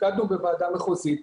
הפקדנו בוועדה המחוזית,